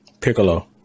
Piccolo